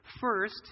First